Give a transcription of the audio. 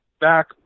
back